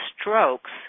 strokes